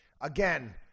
Again